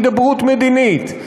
הידברות מדינית,